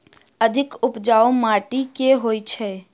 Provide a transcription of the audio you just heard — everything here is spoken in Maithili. अधिक उपजाउ माटि केँ होइ छै?